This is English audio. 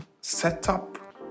setup